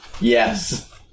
Yes